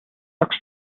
looks